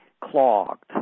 clogged